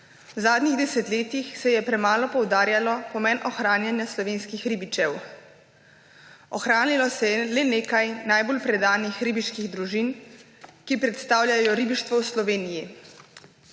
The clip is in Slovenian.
V zadnjih desetletjih se je premalo poudarjal pomen ohranjanja slovenskih ribičev. Ohranilo se je le nekaj najbolj predanih ribiških družin, ki predstavljajo ribištvo v Sloveniji.